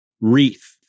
Wreath